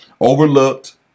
Overlooked